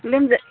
लोमजा